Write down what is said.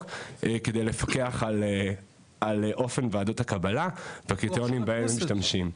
כדי לפקח על אופן ועדות הקבלה והקריטריונים בהם הם משתמשים.